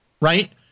Right